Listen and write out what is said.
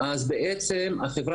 המאסה הגדולה